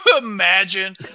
imagine